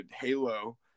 Halo